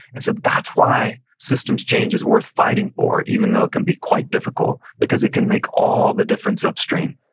and so that's why systems change is worth fighting for even though it can be quite difficult because it can make all the difference upstream.